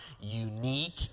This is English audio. unique